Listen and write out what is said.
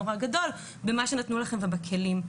נורא גדול במה שנתנו לכם ובכלים.